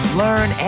learn